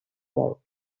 vol